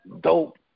dope